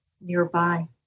nearby